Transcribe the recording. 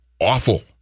awful